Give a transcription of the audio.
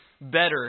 better